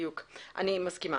אני מסכימה.